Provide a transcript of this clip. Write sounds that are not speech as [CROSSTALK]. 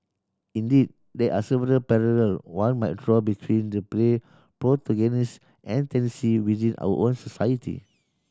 indeed there are several parallel one might draw between the play protagonist and [UNINTELLIGIBLE] within our own society